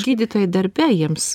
gydytojai darbe jiems